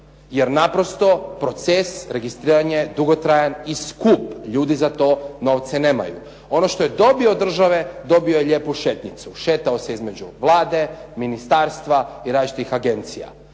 jer naprosto proces registriranja je dugotrajan i skup, ljudi za to novce nemaju. Ono što je dobio od države dobio je lijepu šetnjicu, šetao se između Vlade, ministarstva i različitih agencija.